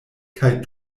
kaj